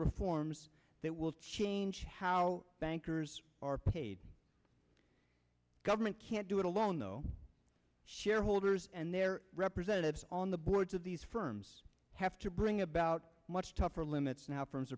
reforms that will change how bankers are paid government can't do it alone no shareholders and their representatives on the boards of these firms have to bring about much tougher limits now firms